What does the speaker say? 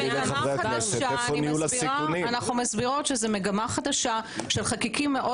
אנחנו מסבירות שזו מגמה חדשה של חלקיקים מאוד